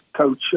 Coach